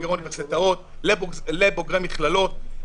בוגרי אוניברסיטאות לבוגרי מכללות.